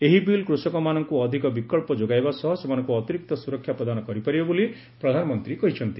ଏହି ବିଲ୍ କୃଷକମାନଙ୍କୁଅଧିକ ବିକ୍ସ ଯୋଗାଇବା ସହ ସେମାନଙ୍କୁ ଅତିରିକ୍ତ ସ୍କରକ୍ଷା ପ୍ରଦାନ କରିପାରିବ ବୋଲି ପ୍ରଧାନମନ୍ତ୍ରୀ କହିଛନ୍ତି